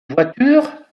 voiture